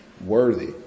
worthy